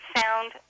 sound